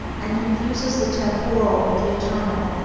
and confuses the temporal with the eternal,